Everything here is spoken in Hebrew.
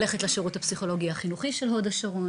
מצאתי עצמי הולכת לשירות הפסיכולוגי החינוכי של הוד השרון,